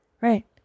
right